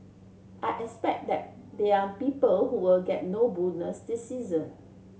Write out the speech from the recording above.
I expect that they are people who will get no bonus this season